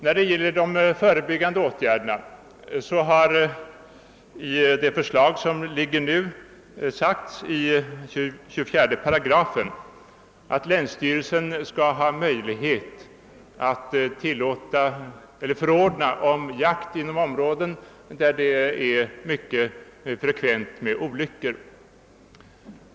När det gäller de förebyggande åtgärderna stadgas i 24 8 i det föreliggande förslaget att länsstyrelsen skall ha möjlighet att förordna om jakt inom områden, där olycksfrekvensen är hög, för att åstadkomma nödvändig minskning av villebrådsstammen.